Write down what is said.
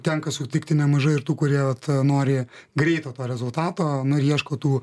tenka sutikti nemažai ir tų kurie nori greito to rezultato na ir ieško tų